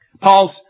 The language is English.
Paul's